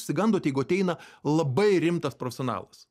išsigandot jeigu ateina labai rimtas profesionalas